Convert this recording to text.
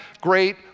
great